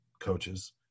coaches